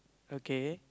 okay